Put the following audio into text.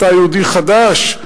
אתה יהודי חדש?